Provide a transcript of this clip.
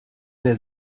der